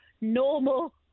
normal